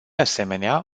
asemenea